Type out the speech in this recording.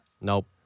Nope